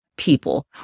People